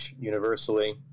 universally